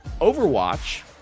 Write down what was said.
Overwatch